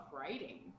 writing